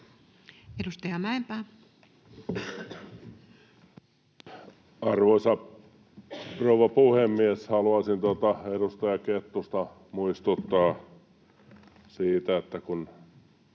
Content: Arvoisa rouva puhemies! Haluaisin edustaja Kettusta muistuttaa siitä, että kun